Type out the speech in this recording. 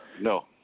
No